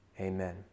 amen